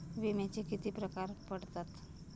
विम्याचे किती प्रकार पडतात?